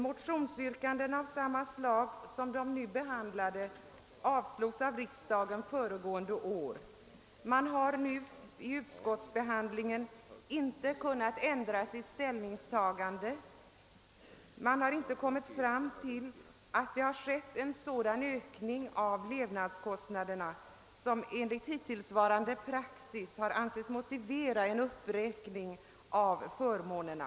Motionsyrkanden av samma slag som de nu behandlade avslogs av riksdagen föregående år. Man har nu vid utskottsbehandlingen inte kunnat ändra sitt ställningstagande och inte kunnat komma fram till att sådan ökning av levnadskostnaderna skett som enligt hittillsvarande praxis har ansetts motivera en uppräkning av förmånerna.